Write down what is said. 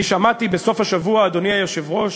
אני שמעתי בסוף השבוע, אדוני היושב-ראש,